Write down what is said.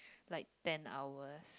like ten hours